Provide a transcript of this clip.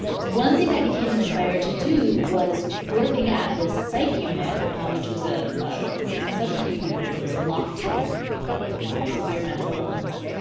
one thing i became inspired to do was working at this psych unit which was ah a subacute unit. it was a locked unit for people with severe mental illness.